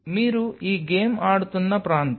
మీరు ఈ గేమ్ ఆడుతున్న ప్రాంతం